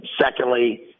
Secondly